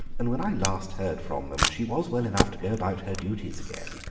and when i last heard from them she was well enough to go about her duties again,